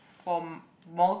for most